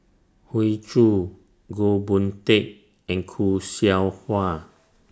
Hoey Choo Goh Boon Teck and Khoo Seow Hwa